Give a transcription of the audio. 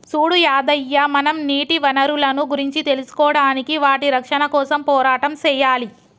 సూడు యాదయ్య మనం నీటి వనరులను గురించి తెలుసుకోడానికి వాటి రక్షణ కోసం పోరాటం సెయ్యాలి